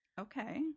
okay